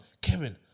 Kevin